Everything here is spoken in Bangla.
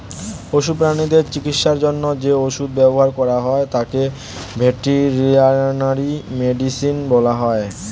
পশু প্রানীদের চিকিৎসার জন্য যে ওষুধ ব্যবহার করা হয় তাকে ভেটেরিনারি মেডিসিন বলা হয়